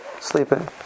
sleeping